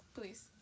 please